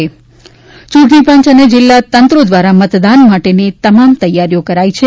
યૂંટણીપંચ અને જિલ્લા તંત્રી દ્વારા મતદાન માટેની તમામ તૈયારીઓ કરાઇ છે